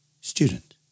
Student